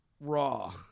raw